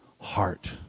heart